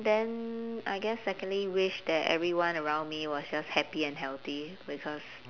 then I guess secondly wish that everyone around me was just happy and healthy because